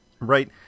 Right